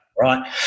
Right